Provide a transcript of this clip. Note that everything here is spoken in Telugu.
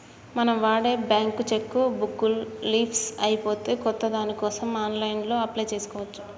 మనం వాడే బ్యేంకు చెక్కు బుక్కు లీఫ్స్ అయిపోతే కొత్త దానికోసం ఆన్లైన్లో అప్లై చేసుకోవచ్చు